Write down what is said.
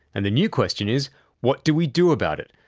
and the new question is what do we do about it,